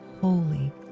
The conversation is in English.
holy